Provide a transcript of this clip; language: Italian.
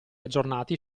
aggiornati